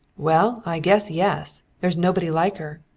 well, i guess yes! there's nobody like her.